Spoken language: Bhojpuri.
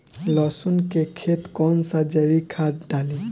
लहसुन के खेत कौन सा जैविक खाद डाली?